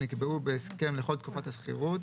נקבעו בהסכם לכל תקופת השכירות,